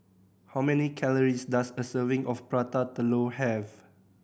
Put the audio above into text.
how many calories does a serving of Prata Telur have